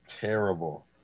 terrible